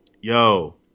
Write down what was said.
yo